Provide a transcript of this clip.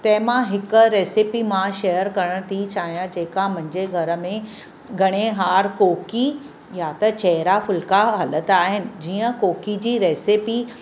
तंहिंमां हिकु रेसिपी मां शेयर करण थी चाहियां जेका मुंहिंजे घर में घणे हार कोकी या त चहरा फुल्का हलंदा आहिन जीअं कोकी जी रेसिपी